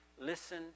Listen